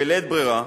בלית ברירה,